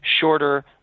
shorter